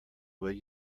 will